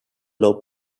low